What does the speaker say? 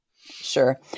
Sure